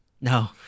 No